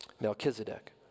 Melchizedek